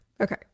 Okay